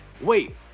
wait